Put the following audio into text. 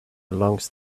belongs